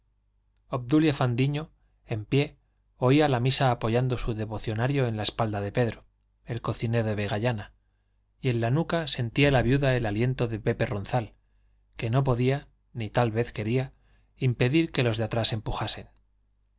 obdulia fandiño en pie oía la misa apoyando su devocionario en la espalda de pedro el cocinero de vegallana y en la nuca sentía la viuda el aliento de pepe ronzal que no podía ni tal vez quería impedir que los de atrás empujasen